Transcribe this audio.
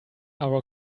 our